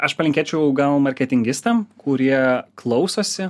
aš palinkėčiau gal marketingistam kurie klausosi